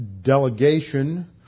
delegation